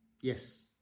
Yes